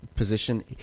position